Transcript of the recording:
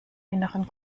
inneren